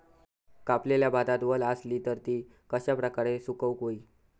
कापलेल्या भातात वल आसली तर ती कश्या प्रकारे सुकौक होई?